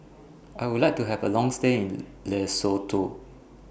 I Would like to Have A Long stay in Lesotho